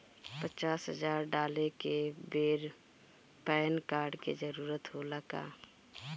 पचास हजार डाले के बेर पैन कार्ड के जरूरत होला का?